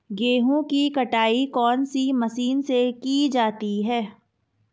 गेहूँ की कटाई कौनसी मशीन से की जाती है?